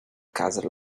castle